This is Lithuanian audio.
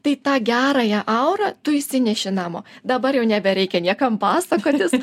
tai tą gerąją aurą tu išsineši namo dabar jau nebereikia niekam pasakotis